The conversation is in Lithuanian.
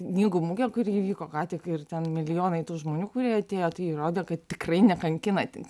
knygų mugę kuri įvyko ką tik ir ten milijonai tų žmonių kurie atėjo tai rodo kad tikrai nekankina tik